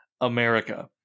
America